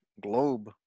globe